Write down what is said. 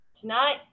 Tonight